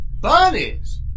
Bunnies